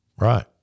Right